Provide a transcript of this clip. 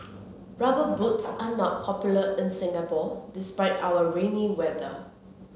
rubber boots are not popular in Singapore despite our rainy weather